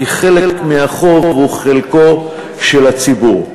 כי חלק מהחוב הוא חלקו של הציבור.